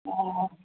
हा